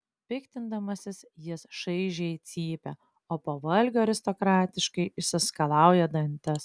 piktindamasis jis šaižiai cypia o po valgio aristokratiškai išsiskalauja dantis